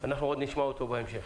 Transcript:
אנחנו עוד נשמע אותו בהמשך.